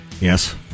Yes